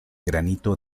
granito